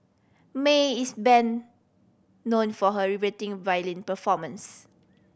Mae is ben known for her riveting violin performance